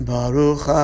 Baruch